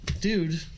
Dude